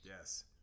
Yes